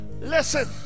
Listen